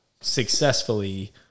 successfully